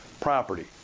property